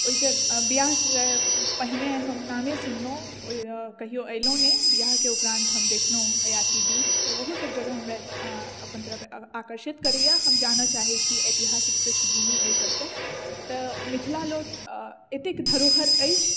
ओहि से ब्याह से पहिने हम नामे सुनलहुँ कहियौ एलहुँ नहि ब्याहके उपरान्त हम देखलहुँ अयाची डीह तऽ ओहो सभ जगह हमरा अपन तरफ आकर्षित करैया हम जानऽ चाहे छी ऐतिहासिक पृष्ठभूमि ओहि सभके तऽ मिथिला लग अतेक धरोहर अछि